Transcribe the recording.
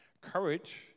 Courage